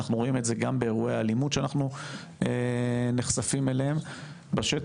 אנחנו רואים את זה גם באירועי האלימות שאנחנו נחשפים אליהם בשטח,